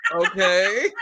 Okay